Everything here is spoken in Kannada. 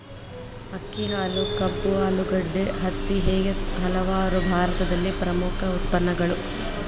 ಅಕ್ಕಿ, ಹಾಲು, ಕಬ್ಬು, ಆಲೂಗಡ್ಡೆ, ಹತ್ತಿ ಹೇಗೆ ಹಲವಾರು ಭಾರತದಲ್ಲಿ ಪ್ರಮುಖ ಉತ್ಪನ್ನಗಳು